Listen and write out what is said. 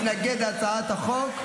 חבר הכנסת עופר כסף מתנגד להצעת החוק,